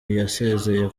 yasezeye